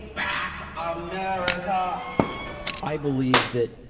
i i believe that